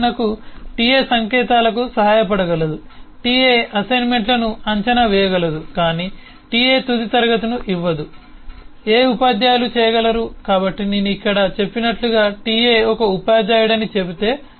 ఉదాహరణకు TA సంకేతాలకు సహాయపడగలదు TA అసైన్మెంట్లను అంచనా వేయగలదు కాని TA తుది క్లాస్ ని ఇవ్వదు ఏ ఉపాధ్యాయులు చేయగలరు కాబట్టి నేను ఇక్కడ చెప్పినట్లుగా TA ఒక ఉపాధ్యాయుడని చెబితే